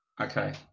Okay